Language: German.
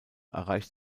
erreicht